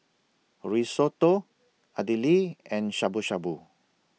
Risotto Idili and Shabu Shabu